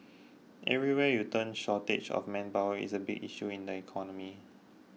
everywhere you turn shortage of manpower is a big issue in the economy